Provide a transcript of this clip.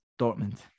Dortmund